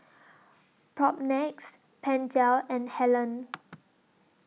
Propnex Pentel and Helen